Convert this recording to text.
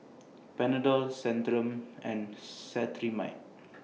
Panadol Centrum and Cetrimide